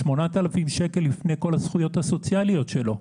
8,000 שקל לפני כל הזכויות הסוציאליות שלו.